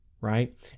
right